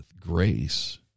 grace